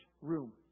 room